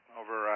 over